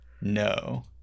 no